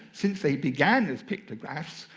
since they began as pictographs,